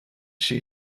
she